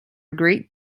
great